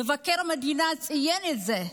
מבקר המדינה ציין את זה.